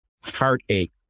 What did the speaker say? heartache